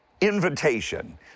invitation